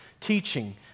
teaching